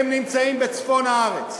הם נמצאים בצפון הארץ,